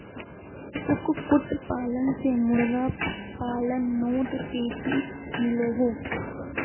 कुक्कुट पालन से मुर्गा पालानोत तेज़ी मिलोहो